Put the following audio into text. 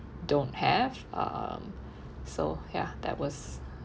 don't have um so ya that was